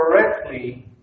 correctly